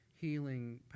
healing